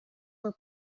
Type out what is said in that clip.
were